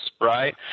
right